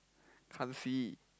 can't see